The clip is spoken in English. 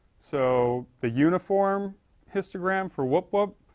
so, the uniform histogram for woopwoop.